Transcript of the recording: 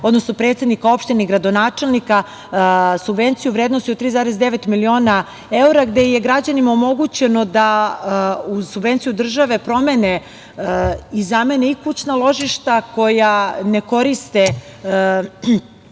se, 63 predsednika opština i gradonačelnika, subvenciju vrednosti od 3,9 miliona evra, gde je građanima omogućeno da uz subvenciju države promene i zamene i kućna ložišta koja ne koriste